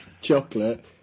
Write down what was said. chocolate